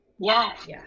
Yes